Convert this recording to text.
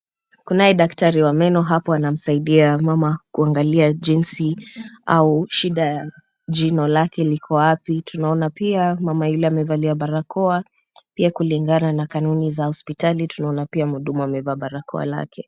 Kunaye daktari wa meno hapo anamsaidia mama kuangalia jinsi au shida ya jino lake liko wapi. Tunaona pia mama yule amevalia barakoa , pia kulingana na kanuni za hospitali tunaona pia mhudumu amevaa barakoa lake.